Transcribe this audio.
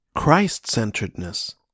Christ-centeredness